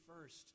first